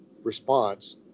response